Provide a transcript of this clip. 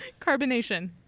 Carbonation